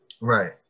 Right